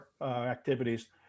activities